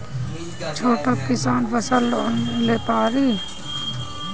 छोटा किसान फसल लोन ले पारी?